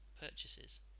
purchases